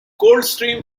coldstream